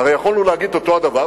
הרי יכולנו להגיד את אותו הדבר,